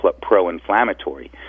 pro-inflammatory